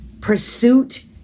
Pursuit